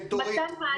מתן מענה ממש טוב.